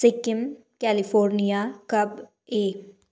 Sikkim California Cuba